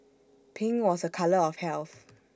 pink was A colour of health